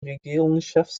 regierungschefs